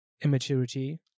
immaturity